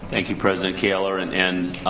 thank you president kaler and and